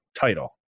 title